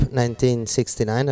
1969